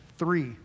three